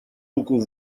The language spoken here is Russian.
руку